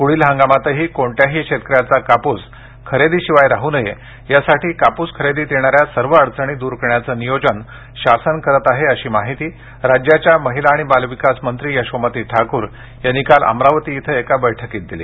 पुढील हंगामातही कोणत्याही शेतकऱ्याचा कापूस खरेदी शिवाय राहू नये यासाठी कापूस खरेदीत येणाऱ्या सर्व अडचणी दूर करण्याचं नियोजन शासन करत आहे अशी माहिती राज्याच्या महिला आणि बालविकास मंत्री यशोमती ठाकूर यांनी काल अमरावती इथं एका बैठकीत दिली